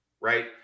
right